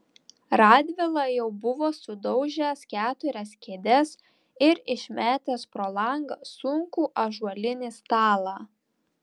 radvila jau buvo sudaužęs keturias kėdes ir išmetęs pro langą sunkų ąžuolinį stalą